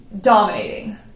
dominating